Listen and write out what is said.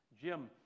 Jim